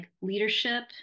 leadership